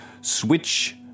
switch